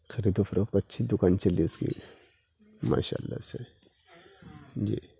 خرید و فروخت اچھی دکان چل رہی اس کی ماشاء اللہ سے جی